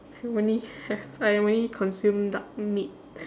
I've only have I only consume duck meat